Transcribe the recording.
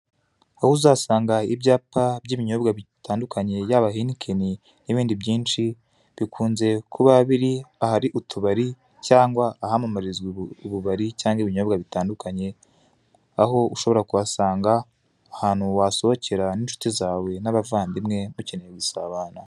Aho uzasanga ibyapa by'ibinyobwa bitandukanye yaba henikeni n'ibindi byinshi, bikunze kuba ahari utubari cyangwa ahamamarizwa ububari cyangwa ibinyobwa bitandukanye, aho ushobora kuhasanga ahantu wasohokera n'inshuti zawe n'abavandimwe gihe mukeneye gusabana.